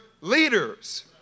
leaders